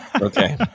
okay